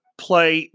play